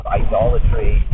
idolatry